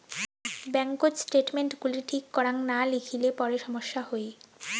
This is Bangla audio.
ব্যাঙ্ককোত স্টেটমেন্টস গুলি ঠিক করাং না লিখিলে পরে সমস্যা হই